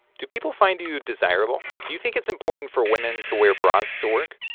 do people find you desirable? do you think it's important for women to wear bras to work?